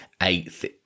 eighth